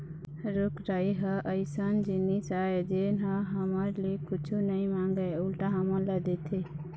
रूख राई ह अइसन जिनिस आय जेन ह हमर ले कुछु नइ मांगय उल्टा हमन ल देथे